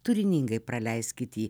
turiningai praleiskit jį